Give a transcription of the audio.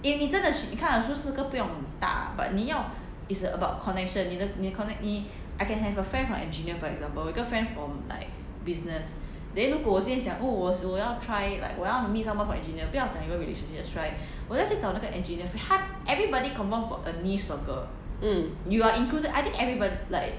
mm